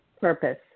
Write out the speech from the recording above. purpose